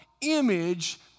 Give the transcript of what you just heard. image